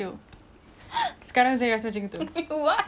cause muka saya dah kering jadi saya macam insecure sikit